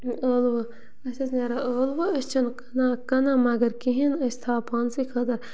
ٲلوٕ اَسہِ ٲسۍ نیران ٲلوٕ أسۍ چھِنہٕ کٕنان کٕنان مگر کِہیٖنۍ نہٕ أسۍ تھاوان پانسٕے خٲطرٕ